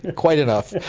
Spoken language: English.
ah quite enough.